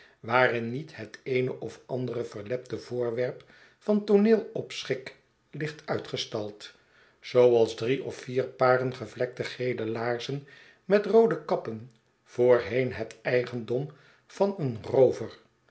waarin niet het eene of andere verlepte voorwerp van tooneel opschik ligt uitgestald zooals drie of vier paren gevlekte geele laarzen met roode kappen voorheen het eigendom van een roover